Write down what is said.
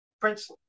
Prince